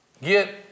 get